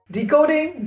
decoding